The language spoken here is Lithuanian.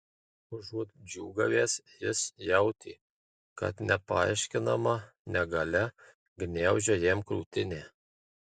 užuot džiūgavęs jis jautė kad nepaaiškinama negalia gniaužia jam krūtinę